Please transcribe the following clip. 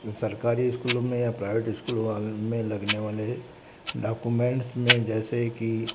सरकारी स्कूलों में या प्राइवेट स्कूलों में लगने वाले डाकुमेंट्स में जैसे की